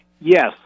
Yes